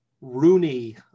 Rooney